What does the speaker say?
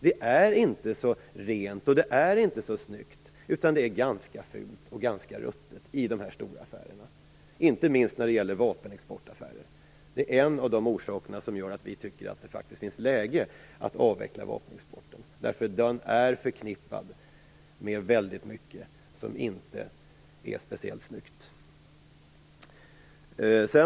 Det är inte så rent, och det är inte så snyggt, utan det är ganska fult och ganska ruttet i dessa stora affärer - inte minst när det gäller vapenexportaffärer. Det är en av orsakerna till att vi tycker att det faktiskt är läge att avveckla vapenexporten. Den är förknippad med väldigt mycket som inte är speciellt snyggt.